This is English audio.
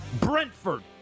brentford